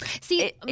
see